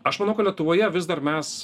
aš manau ka lietuvoje vis dar mes